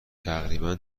تقریبا